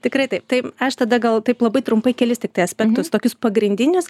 tikrai taip tai aš tada gal taip labai trumpai kelis tiktai aspektus tokius pagrindinius